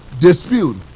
dispute